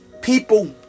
people